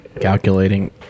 calculating